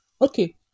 Okay